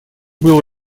было